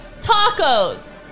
tacos